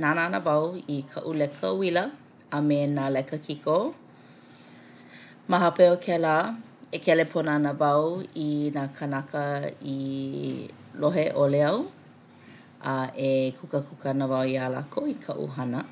nānā ana wau i kaʻu leka uila a me nā leka kiko. Ma hape o kēlā e kelepona ana wau i nā kānaka i lohe ʻole au a e kūkākūkā ana wau iā lākou i kaʻu hana.